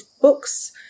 books